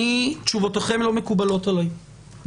תשובותיכם לא מקובלות עליי.